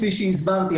כפי שהסברתי,